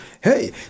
hey